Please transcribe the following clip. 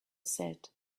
said